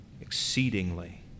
exceedingly